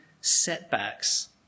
setbacks